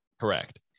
Correct